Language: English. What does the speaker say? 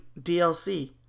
DLC